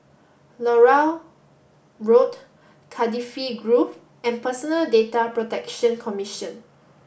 Larut Road Cardifi Grove and Personal Data Protection Commission